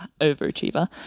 overachiever